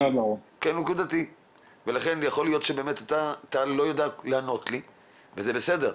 יכול להיות שאתה לא יודע לענות לי וזה בסדר,